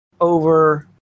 over